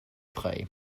drei